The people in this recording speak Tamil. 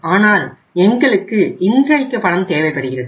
ஆனால் எங்களுக்கு இன்றைக்கு பணம் தேவைப்படுகிறது